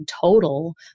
Total